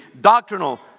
doctrinal